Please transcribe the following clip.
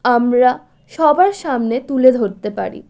আমরা সবার সামনে তুলে ধরতে পারি